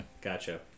Gotcha